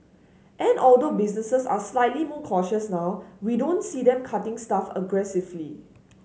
and although businesses are slightly more cautious now we don't see them cutting staff aggressively